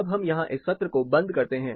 अब हम यहां इस सत्र को बंद करते हैं